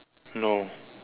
no